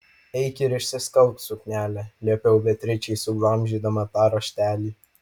eik ir išsiskalbk suknelę liepiau beatričei suglamžydama tą raštelį